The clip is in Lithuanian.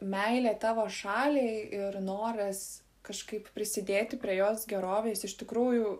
meilė tavo šaliai ir noras kažkaip prisidėti prie jos gerovės iš tikrųjų